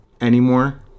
anymore